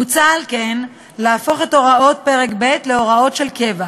מוצע על כן להפוך את הוראות פרק ב' להוראות של קבע,